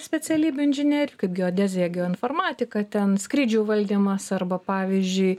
specialybių inžinerijoj kaip geodezija geoinformatika ten skrydžių valdymas arba pavyzdžiui